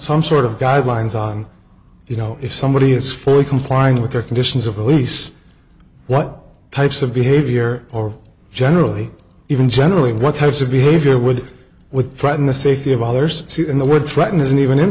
some sort of guidelines on you know if somebody is fully complying with their conditions of release what types of behavior or generally even generally what types of behavior would withdraw when the safety of others in the world threaten isn't even in